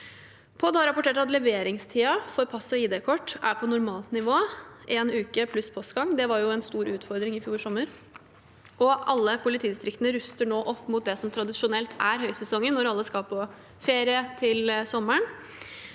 POD har rapportert at leveringstiden for pass og IDkort er på normalt nivå, én uke pluss postgang. Det var en stor utfordring i fjor sommer. Alle politidistrikter ruster nå opp mot det som tradisjonelt er høysesongen, når alle skal på ferie til sommeren.